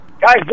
guys